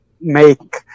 make